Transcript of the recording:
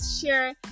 share